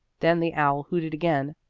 then the owl hooted again.